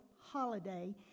holiday